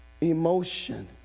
Emotion